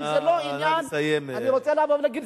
אני רוצה לבוא ולהגיד,